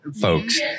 folks